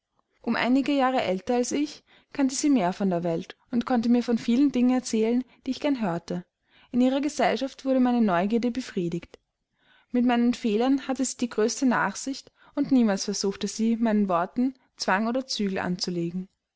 um einige jahre älter als ich kannte sie mehr von der welt und konnte mir von vielen dingen erzählen die ich gern hörte in ihrer gesellschaft wurde meine neugierde befriedigt mit meinen fehlern hatte sie die größte nachsicht und niemals versuchte sie meinen worten zwang oder zügel anzulegen